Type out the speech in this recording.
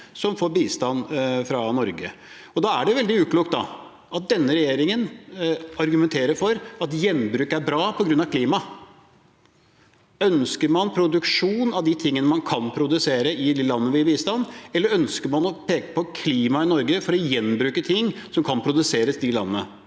som får bistand fra Norge, og da er det veldig uklokt at denne regjeringen argumenterer for at gjenbruk er bra på grunn av klima. Ønsker man produksjon av de tingene man kan produsere i de landene vi gir bistand til, eller ønsker man å peke på klimaet i Norge for å gjenbruke ting som kan produseres i de landene?